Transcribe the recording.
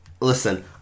Listen